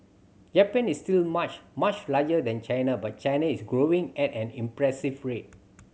Japan is still much much larger than China but China is growing at an impressive rate